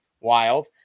Wild